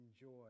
enjoy